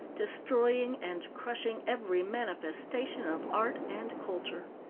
destroying and crushing every manifestation of art and culture.